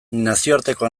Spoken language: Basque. nazioarteko